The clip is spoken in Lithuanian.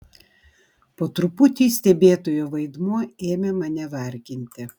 po truputį stebėtojo vaidmuo ėmė mane varginti